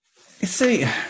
see